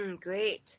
Great